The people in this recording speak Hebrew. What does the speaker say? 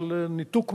על ניתוק מים,